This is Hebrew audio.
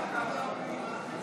אין נמנעים.